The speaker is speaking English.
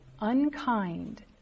unkind